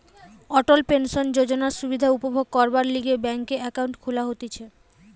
অটল pension যোজনার সুবিধা উপভোগ করবার লিগে ব্যাংকে একাউন্ট খুলা হতিছে